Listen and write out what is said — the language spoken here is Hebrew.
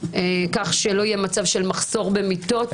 כך שלא יהיה מצב של מחסור במיטות.